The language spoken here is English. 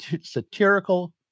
satirical